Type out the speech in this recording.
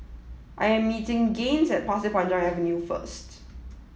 I am meeting Gaines at Pasir Panjang Avenue first